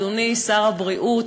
אדוני שר הבריאות,